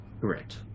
Correct